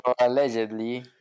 allegedly